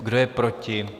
Kdo je proti?